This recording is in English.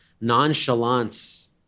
nonchalance